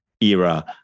era